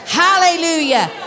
hallelujah